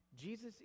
Jesus